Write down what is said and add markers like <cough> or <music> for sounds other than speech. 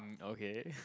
um okay <laughs>